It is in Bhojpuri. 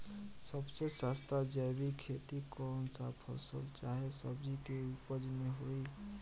सबसे सस्ता जैविक खेती कौन सा फसल चाहे सब्जी के उपज मे होई?